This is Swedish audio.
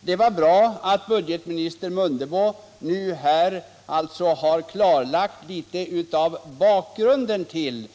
Det är bra att budgetminister Mundebo nu har klarlagt litet av bakgrunden till